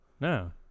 No